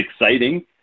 exciting